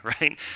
right